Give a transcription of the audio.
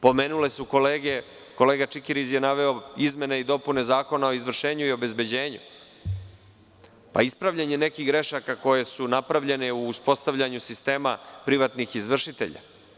Pomenuo je kolega Čikiriz izmene i dopune Zakona o izvršenju i obezbeđenju - ispravljanje nekih grešaka koje su napravljene u uspostavljanju sistema privatnih izvršitelja.